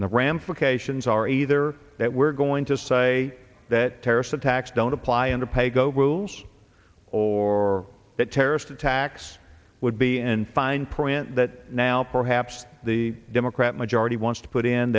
and the ramifications are either that we're going to say that terrorist attacks don't apply under paygo rules or that terrorist attacks would be and fine print that now perhaps the democrat majority wants to put in